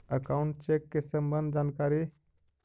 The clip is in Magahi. अकाउंट चेक के सम्बन्ध जानकारी?